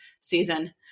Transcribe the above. season